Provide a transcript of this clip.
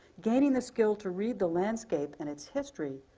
gaining the skill to read the landscape and its history,